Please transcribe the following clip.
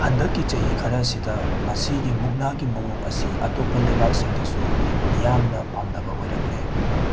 ꯍꯟꯗꯛꯀꯤ ꯆꯍꯤ ꯈꯔꯁꯤꯗ ꯃꯁꯤꯒꯤ ꯃꯨꯛꯅꯥꯒꯤ ꯃꯑꯣꯡ ꯑꯦꯁꯤ ꯑꯇꯣꯞꯄ ꯂꯩꯕꯛꯁꯤꯡꯗꯁꯨ ꯃꯤꯌꯥꯝꯅ ꯄꯥꯝꯅꯕ ꯑꯣꯏꯔꯛꯂꯦ